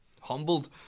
humbled